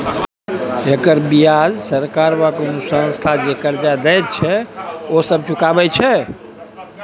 एकर बियाज सरकार वा कुनु संस्था जे कर्जा देत छैथ ओ सब चुकाबे छै